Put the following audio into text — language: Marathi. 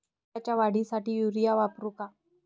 पिकाच्या वाढीसाठी युरिया वापरू का?